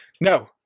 no